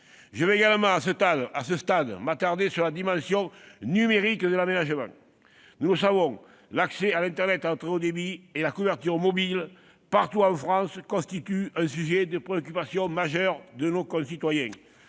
souhaite également m'attarder sur la dimension numérique de l'aménagement. Nous le savons, l'accès à l'internet à très haut débit et la couverture mobile partout en France constituent un sujet de préoccupation majeure pour nos concitoyens.